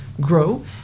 Grow